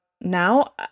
now